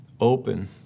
open